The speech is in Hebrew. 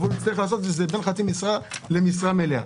הוא יצטרך לעבוד בין חצי משרה למשרה מלאה.